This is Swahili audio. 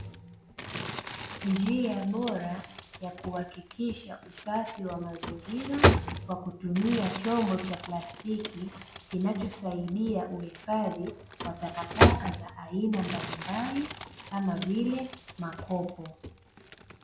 Njia bora yakuhakikisha usafi wa mazingira kwa kutumia chombo cha plastiki, kinachosaidia uhifadhi wa takataka za aina mbalimbali kama vile makopo.